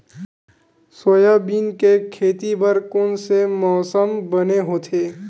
Soybean के खेती बर कोन से मौसम बने होथे?